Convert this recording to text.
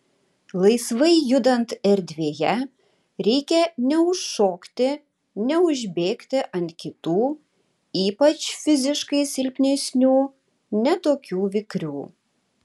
laisvai judant erdvėje reikia neužšokti neužbėgti ant kitų ypač fiziškai silpnesnių ne tokių vikrių